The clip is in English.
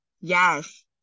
Yes